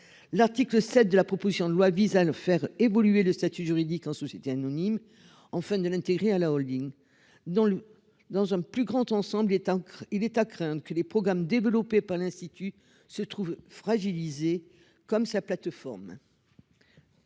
L'article 7 de la proposition de loi vise à le faire évoluer le statut juridique en société anonyme. En fin de l'intérêt à la Holding dans le dans un plus grand ensemble est qu'il est à craindre que les programmes développés par l'institut se trouve fragilisée comme sa plateforme.